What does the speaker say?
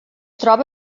troba